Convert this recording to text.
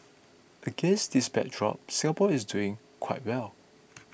against this backdrop Singapore is doing quite well